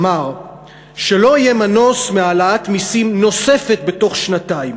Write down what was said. אמר שלא יהיה מנוס מהעלאת מסים נוספת בתוך שנתיים.